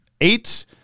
Eight